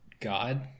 God